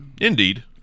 Indeed